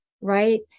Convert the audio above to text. right